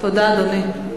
תודה, אדוני.